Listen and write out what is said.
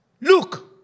look